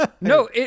No